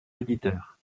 auditeurs